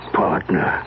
partner